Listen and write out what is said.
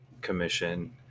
commission